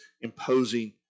imposing